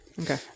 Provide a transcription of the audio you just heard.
Okay